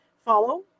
follow